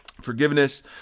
Forgiveness